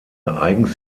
eigens